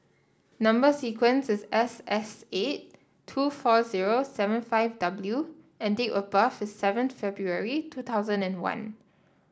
number sequence is S S eight two four zero seven five W and date of birth is seventh February two thousand and one